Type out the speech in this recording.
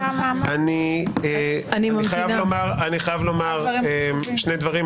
אני חייב לומר שני דברים,